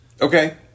okay